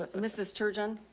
ah mrs turgeon,